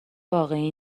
واقعی